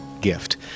gift